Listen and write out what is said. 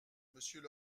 monsieur